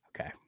Okay